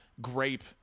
grape